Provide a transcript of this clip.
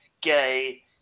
gay